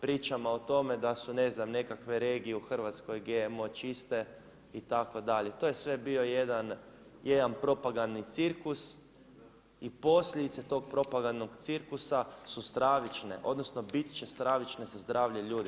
Pričamo o tome da su ne znam nekakve regije u Hrvatskoj GMO čiste itd., to je sve bio jedan propagandni cirkus i posljedice tog propagandnog cirkusa su stravične, odnosno biti će stravične za zdravlje ljudi.